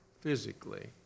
physically